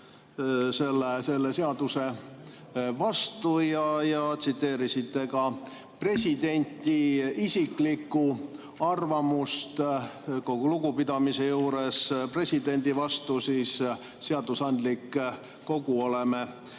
selle seaduse vastu ja tsiteerisite ka presidendi isiklikku arvamust. Kogu lugupidamise juures presidendi vastu, seadusandlik kogu oleme